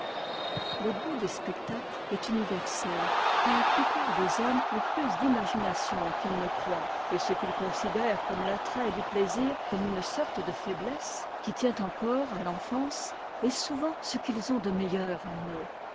le goût des spectacles est universel car la plupart des hommes ont plus d'imagination qu'ils ne croient et ce qu'ils considèrent comme l'attrait du plaisir comme une sorte de faiblesse qui tient encore à l'enfancé est souvent ce qu'ils ont de meilleur en eux